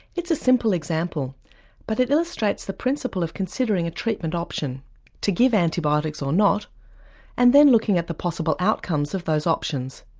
it's a simple example but it illustrates the principle of considering a treatment option to give antibiotics or not and then looking at the possible outcomes of those options,